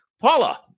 Paula